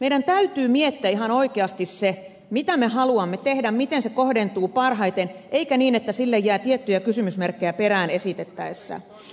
meidän täytyy miettiä ihan oikeasti se mitä me haluamme tehdä miten se kohdentuu parhaiten eikä niin että sinne jää tiettyjä kysymysmerkkejä perään esitettäessä